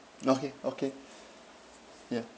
okay okay yeah